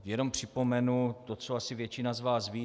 Jenom připomenu to, co asi většina z vás ví.